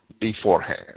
beforehand